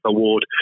Award